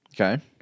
Okay